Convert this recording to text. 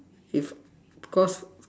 if because